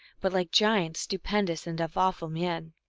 but like giants, stupendous and of awful mien.